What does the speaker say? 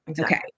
Okay